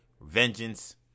vengeance